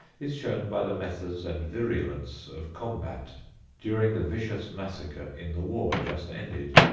is shown by the methods and virulence of combat during the vicious massacre in the war just ended.